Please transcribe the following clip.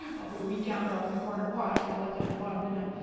off with the wee camera off in the corner. oh actually i left it in the bottom, didn't i?